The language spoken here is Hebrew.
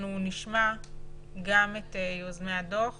נשמע גם את יוזמי הדוח